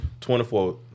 24